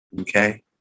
okay